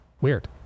Weird